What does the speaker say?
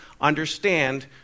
understand